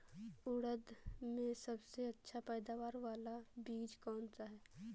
उड़द में सबसे अच्छा पैदावार वाला बीज कौन सा है?